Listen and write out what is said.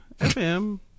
FM